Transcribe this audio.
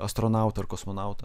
astronautą ar kosmonautą